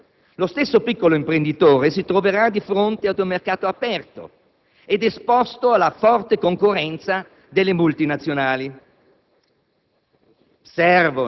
Domani lo stesso piccolo imprenditore si troverà di fronte ad un mercato aperto ed esposto alla forte concorrenza delle multinazionali.